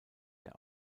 der